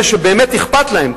אלה שבאמת אכפת להם,